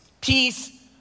Peace